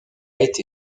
été